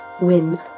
Win